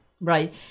Right